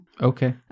Okay